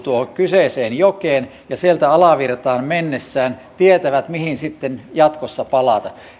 tuohon kyseiseen jokeen ja sieltä alavirtaan mennessään tietävät mihin sitten jatkossa palata